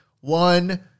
One